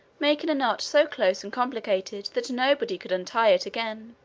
making a knot so close and complicated that nobody could untie it again.